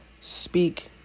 speak